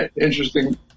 interesting